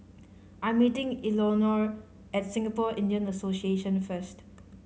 I am meeting Eleonore at Singapore Indian Association first